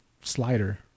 slider